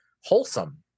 wholesome